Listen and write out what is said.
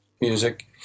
music